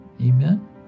Amen